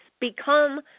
become